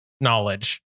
knowledge